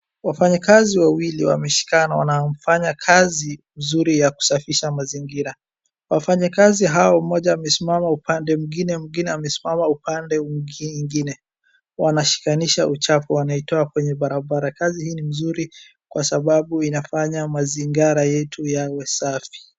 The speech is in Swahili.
Wafanyikazi wawili wameshikana wanafanya kazi mzuri ya kusafisa mazingira. Wafanyikazi hao mmoja amesima upande mwingine mwingine amesimama upande huu mwingine wanashikanisha uchafu wanatoa kwenye barabara. Kazi hii ni mzuri kwa sababu inafanya mazingara yetu yawe safi.